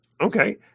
Okay